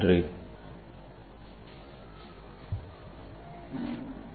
Thank you for your attention